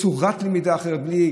צורת למידה אחרת,